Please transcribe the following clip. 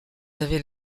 avez